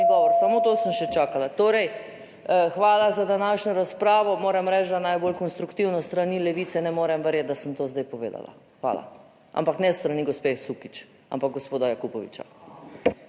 govor, samo to sem še čakala. Torej, hvala za današnjo razpravo. Moram reči, da najbolj konstruktivno s strani Levice ne morem verjeti, da sem to zdaj povedala. Hvala. Ampak ne s strani gospe Sukič, ampak gospoda Jakopoviča.